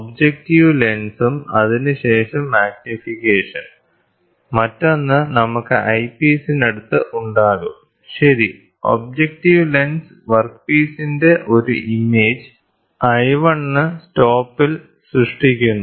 objective ലെൻസും അതിനുശേഷം magnification മറ്റൊന്ന് നമുക്ക് ഐപീസിനടുത്ത് ഉണ്ടാകും ശരി ഒബ്ജക്ടീവ് ലെൻസ് വർക്ക്പീസിന്റെ ഒരു ഇമേജ് l1 ന് സ്റ്റോപ്പിൽ സൃഷ്ടിക്കുന്നു